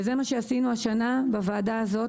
זה מה שעשינו השנה בוועדה הזאת.